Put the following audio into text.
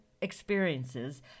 experiences